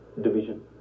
division